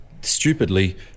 stupidly